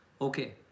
Okay